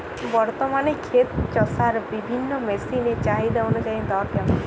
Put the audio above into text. বর্তমানে ক্ষেত চষার বিভিন্ন মেশিন এর চাহিদা অনুযায়ী দর কেমন?